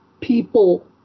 people